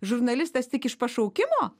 žurnalistas tik iš pašaukimo